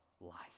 life